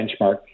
benchmark